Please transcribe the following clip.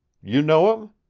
you know him?